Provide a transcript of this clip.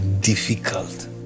difficult